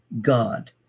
God